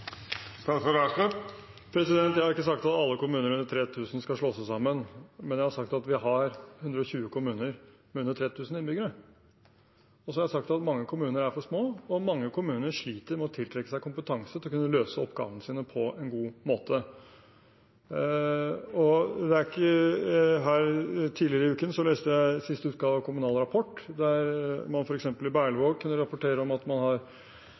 Jeg har ikke sagt at alle kommuner med under 3 000 innbyggere skal slå seg sammen, men jeg har sagt at vi har 120 kommuner med under 3 000 innbyggere. Så har jeg sagt at mange kommuner er for små, og at mange kommuner sliter med å tiltrekke seg kompetanse for å kunne løse oppgavene sine på en god måte. Tidligere i uken leste jeg siste utgave av Kommunal Rapport. Der sto det at man i Berlevåg kunne rapportere om at man